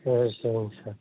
சரி சரிங்க சார்